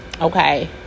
Okay